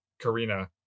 Karina